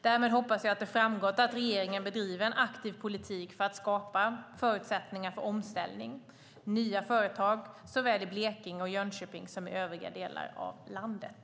Därmed hoppas jag att det framgått att regeringen bedriver en aktiv politik för att skapa förutsättningar för omställning och nya företag såväl i Blekinge och Jönköping som i övriga delar av landet.